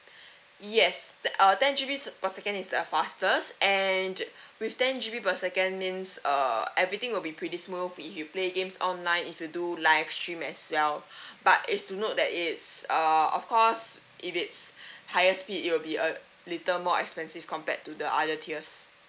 yes uh ten G_B per second is the fastest and with ten G_B per second means err everything will be pretty smooth if you play games online if you do live stream as well but it's to note that it's of course if it's higher speed it'll be a little more expensive compared to the other tiers